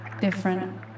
different